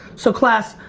so class.